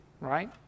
right